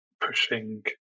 pushing